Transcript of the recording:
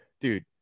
dude